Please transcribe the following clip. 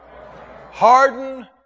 Harden